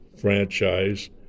franchise